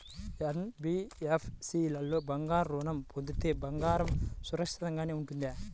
NBFC లో బంగారు ఋణం పొందితే బంగారం సురక్షితంగానే ఉంటుందా?